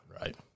right